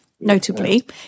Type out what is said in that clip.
notably